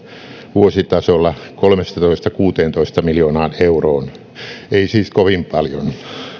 vuositasolla kolmestatoista kuuteentoista miljoonaan euroon ei siis kovin paljon